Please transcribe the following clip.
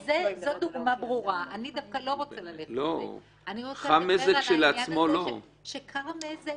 זה מקרה חמור שראוי להיכלל בעבירה שהעונש בצידה הוא 20 שנות מאסר,